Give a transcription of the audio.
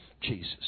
Jesus